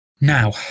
Now